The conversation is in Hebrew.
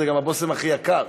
זה גם הבושם הכי יקר.